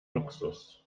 luxus